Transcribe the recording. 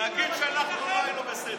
נגיד שאנחנו לא היינו בסדר.